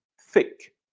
thick